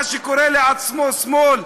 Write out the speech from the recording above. מה שקורא לעצמו "שמאל",